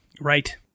Right